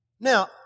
Now